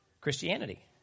Christianity